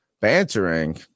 bantering